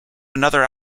another